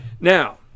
Now